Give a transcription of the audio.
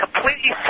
completely